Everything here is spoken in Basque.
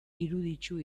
iruditu